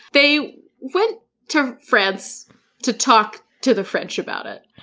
they went to france to talk to the french about it,